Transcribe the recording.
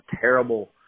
terrible